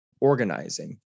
organizing